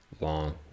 long